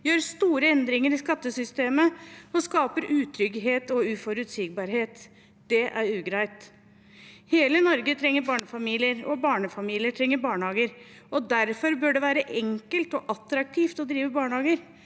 gjør store endringer i skattesystemet og skaper utrygghet og uforutsigbarhet. Det er ugreit. Hele Norge trenger barnefamilier, og barnefamilier trenger barnehager. Derfor bør det være enkelt og attraktivt å drive barnehager.